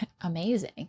amazing